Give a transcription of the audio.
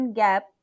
gap